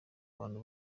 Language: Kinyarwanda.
abantu